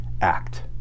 Act